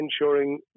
ensuring